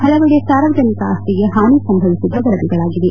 ಹಲವೆಡೆ ಸಾರ್ವಜನಿಕ ಆಸ್ತಿಗೆ ಹಾನಿ ಸಂಭವಿಸಿದ ವರದಿಗಳಾಗಿದೆ